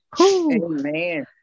Amen